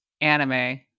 anime